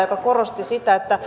joka korosti sitä